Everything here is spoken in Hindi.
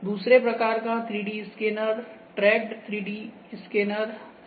दूसरे प्रकार का 3D scanner tracked 3D scanner है